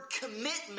commitment